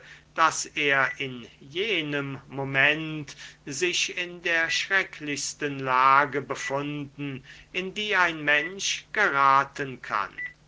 daß er in jenem moment sich in der schrecklichsten lage befunden in die ein mensch geraten kann